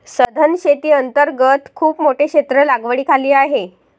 सधन शेती अंतर्गत खूप मोठे क्षेत्र लागवडीखाली आहे